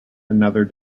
another